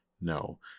No